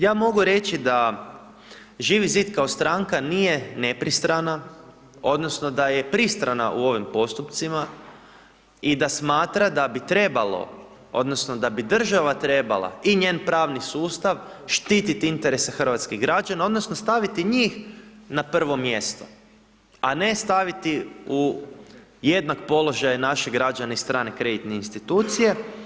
Ja mogu reći da Živi Zid kao stranka nije nepristrana odnosno da je pristrana u ovim postupcima i da smatra da bi trebalo odnosno da bi država trebala i njen pravni sustav štititi interese hrvatskih građana odnosno staviti njih na prvo mjesto, a ne staviti u jednak položaj naše građane i strane kreditne institucije.